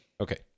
Okay